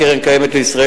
קרן-קיימת לישראל,